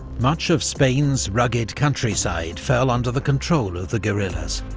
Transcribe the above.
much of spain's rugged countryside fell under the control of the guerrillas